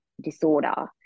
disorder